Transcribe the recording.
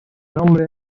nombre